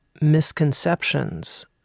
misconceptions